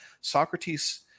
Socrates